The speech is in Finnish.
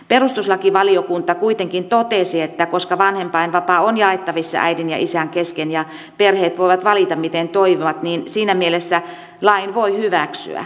perustuslakivaliokunta kuitenkin totesi että koska vanhempainvapaa on jaettavissa äidin ja isän kesken ja perheet voivat valita miten toimivat niin siinä mielessä lain voi hyväksyä